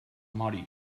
mori